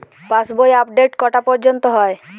পাশ বই আপডেট কটা পর্যন্ত হয়?